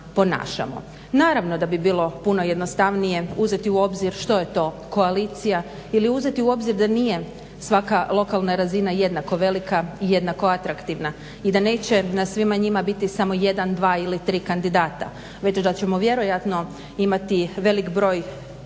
Naravno da bi bilo puno jednostavnije uzeti u obzir što je to koalicija ili uzeti u obzir da nije svaka lokalna razina jednako velika i jednako atraktivna i da neće na svima njima biti samo jedan, dva ili tri kandidata, već da ćemo vjerojatno imati veliki broj